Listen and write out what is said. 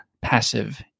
passive